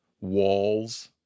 walls